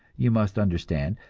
you must understand,